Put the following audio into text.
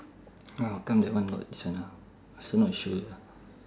!huh! how come that one not this one ah I also not sure